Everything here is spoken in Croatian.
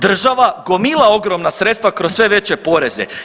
Država gomila ogromna sredstva kroz sve veće poreze.